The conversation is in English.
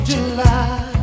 July